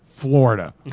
Florida